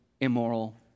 immoral